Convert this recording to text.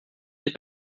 ich